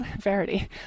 Verity